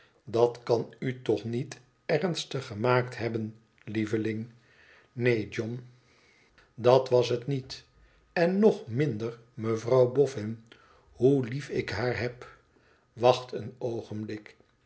dat kan u toch niet ernstig gemaakt hebben lieveling neen john dat was het niet en nog minder mevrouw boffin hoe lief ik haar heb wacht een oogenblik